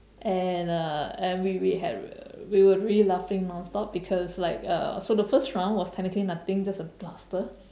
and uh and we we had we were really laughing non stop because like uh so the first round was technically nothing just a plaster